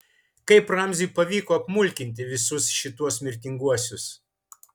kaip ramziui pavyko apmulkinti visus šituos mirtinguosius